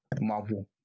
Marvel